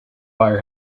wire